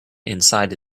inside